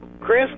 Chris